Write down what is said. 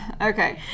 Okay